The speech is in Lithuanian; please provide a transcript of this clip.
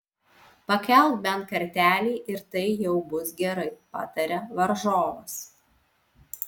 pakelk bent kartelį ir tai jau bus gerai pataria varžovas